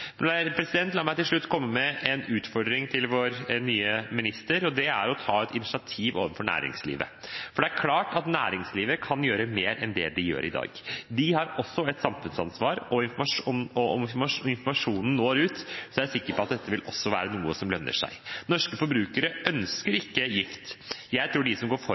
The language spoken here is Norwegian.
men viser til forslagene og merknadene våre ved behandlingen av avfallsmeldingen. La meg til slutt komme med en utfordring til vår nye klima- og miljøminister, og det er å ta et initiativ overfor næringslivet. Det er klart at næringslivet kan gjøre mer enn det de gjør i dag. De har også et samfunnsansvar, og om informasjonen når ut, er jeg er sikker på at dette også vil være noe som lønner seg. Norske forbrukere ønsker ikke gift, og jeg tror de som går